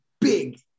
big